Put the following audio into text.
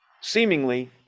seemingly